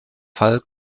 fall